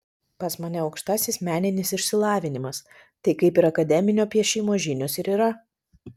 pas mane aukštasis meninis išsilavinimas tai kaip ir akademinio piešimo žinios ir yra